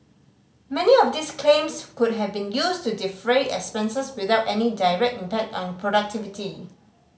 many of these claims could have been used to defray expenses without any direct impact on productivity